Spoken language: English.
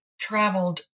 traveled